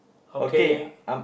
okay